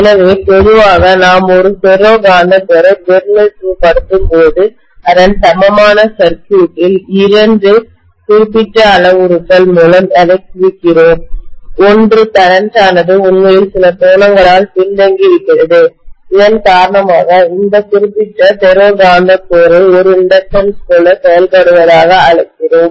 எனவே பொதுவாக நாம் ஒரு ஃபெரோ காந்த கோரை பிரதிநிதித்துவப்படுத்தும் போது அதன் சமமான சர்க்யூட் ல் இரண்டு குறிப்பிட்ட அளவுருக்கள் மூலம் இதைக் குறிக்கிறோம் ஒன்று கரண்ட் ஆனது உண்மையில் சில கோணங்களால் பின்தங்கியிருக்கிறது இதன் காரணமாக இந்த குறிப்பிட்ட ஃபெரோ காந்த கோரை ஒரு இண்டக்டன்ஸ் போல செயல்படுவதாக அழைக்கிறோம்